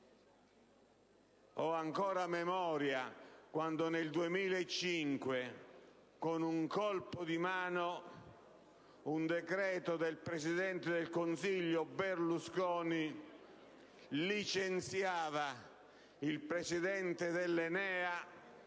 Ho ancora memoria di quando, nel 2005, con un colpo di mano, un decreto del presidente del Consiglio Berlusconi licenziava il presidente dell'ENEA,